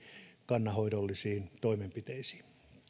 kannanhoidollisiin toimenpiteisiin